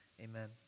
Amen